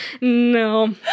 No